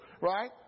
right